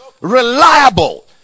reliable